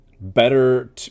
better